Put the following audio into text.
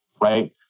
Right